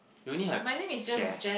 you only have Jas